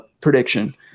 prediction